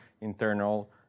internal